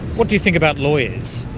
what do you think about lawyers?